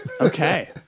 Okay